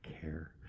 care